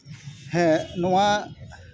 ᱦᱮᱸ ᱱᱚᱣᱟ